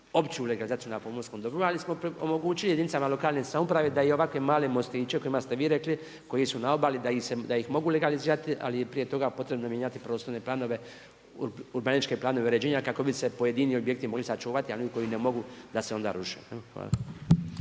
opću legalizaciju na pomorskom dobru, ali smo omogućili jedinicama lokalne samouprave da i ovakvim malim mostićem, kojima ste vi rekli, koji su na obali, da ih mogu legalizirati, ali je prije toga potrebno mijenjati prostorne planove, urbanističke planove uređenja, kako bi se pojedini objekti sačuvati, a oni koji ne mogu da se onda ruše.